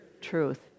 truth